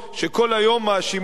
שכל היום מאשימות.